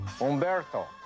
Umberto